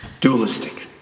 Dualistic